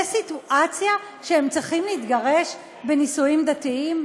סיטואציה שהם צריכים להתגרש בנישואים דתיים?